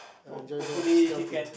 uh enjoyable sea outing